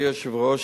אדוני היושב-ראש,